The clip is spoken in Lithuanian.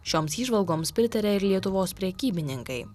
šioms įžvalgoms pritaria ir lietuvos prekybininkai